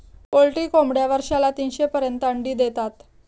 poultry कोंबड्या वर्षाला तीनशे पर्यंत अंडी देतात